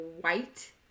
white